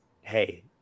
Hey